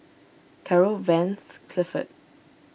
Caryl Vance Clifford